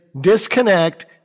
disconnect